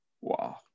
Wow